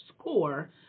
SCORE